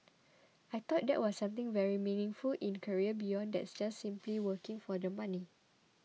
I thought that was something very meaningful in career beyond that just simply working for the money